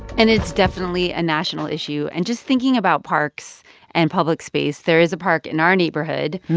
and it's definitely a national issue. and just thinking about parks and public space, there is a park in our neighborhood,